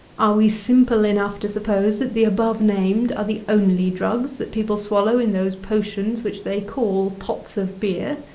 are we simple enough to suppose that the above-named are the only drugs that people swallow in those potions, which they call pots of beer?